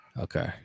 Okay